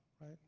right